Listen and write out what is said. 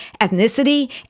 ethnicity